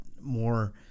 more